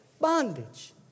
bondage